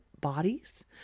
bodies